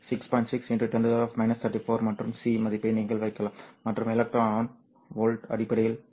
6 x 10 34 மற்றும் c மதிப்பை நீங்கள் வைக்கலாம் மற்றும் எலக்ட்ரான் வோல்ட் அடிப்படையில் Eg